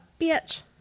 bitch